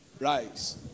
Rise